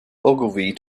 ogilvy